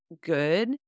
good